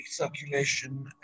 recirculation